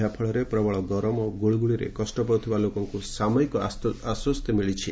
ଏହା ଫଳରେ ପ୍ରବଳ ଗରମ ଓ ଗୁଳୁଗୁଳିରେ କଷ୍ଟ ପାଉଥିବା ଲୋକଙ୍କୁ ସାମୟିକ ଆଶ୍ୱସ୍ତି ମିଳିଛି